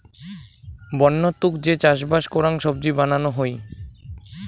বন্য তুক যে চাষবাস করাং সবজি বানানো হই